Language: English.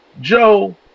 Joe